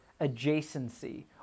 adjacency